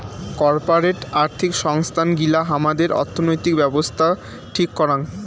corporate আর্থিক সংস্থান গিলা হামাদের অর্থনৈতিক ব্যাবছস্থা ঠিক করাং